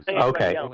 Okay